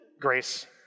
Grace